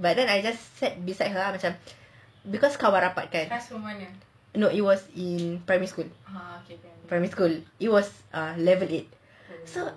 but then I just sat beside her except because kawan rapat kan no it was in primary school it was ah level eight so